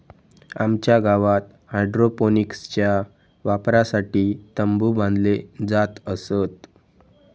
आमच्या गावात हायड्रोपोनिक्सच्या वापरासाठी तंबु बांधले जात असत